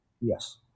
Yes